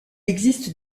existe